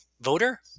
voter